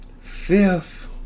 Fifth